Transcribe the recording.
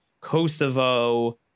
Kosovo